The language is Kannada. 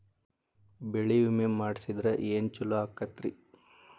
ಬೆಳಿ ವಿಮೆ ಮಾಡಿಸಿದ್ರ ಏನ್ ಛಲೋ ಆಕತ್ರಿ?